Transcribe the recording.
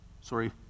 Sorry